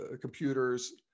computers